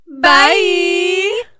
Bye